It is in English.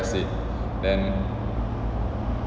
press it then